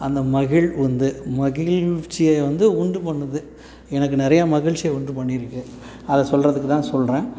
அந்த மகிழ் உந்து மகிலிச்சிய வந்து உண்டு பண்ணுது எனக்கு நிறைய மகிழ்ச்சியை உண்டு பண்ணியிருக்கு அதை சொல்கிறதுக்கு தான் சொல்கிறேன்